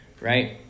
right